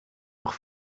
nog